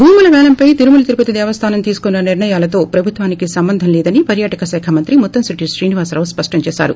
భూముల పేలంపై తిరుమల తిరుపతి దేవస్దానం తీసుకున్స నిర్ణయాలతో ప్రభుత్వానికి సంబంధంలేదని పర్యాటక శాఖ మంత్రి ముత్తంశెట్టి శ్రీనివాసరావు స్పష్టం చేశారు